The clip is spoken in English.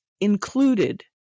included